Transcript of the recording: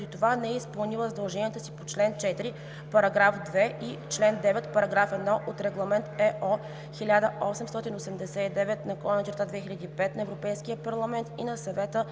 това не е изпълнила задълженията си по член 4, параграф 2 и член 9, параграф 1 от Регламент (ЕО) 1889/2005 на Европейския парламент и на Съвета